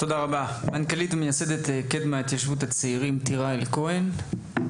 מנכ"לית ומייסדת קדמה, תירא-אל כהן, בבקשה.